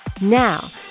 Now